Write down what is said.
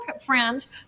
friends